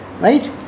right